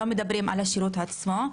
לא על השירות עצמו.